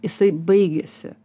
jisai baigiasi